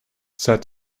said